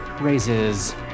raises